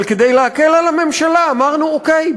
אבל כדי להקל על הממשלה אמרנו: אוקיי,